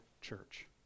Church